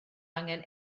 angen